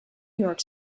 york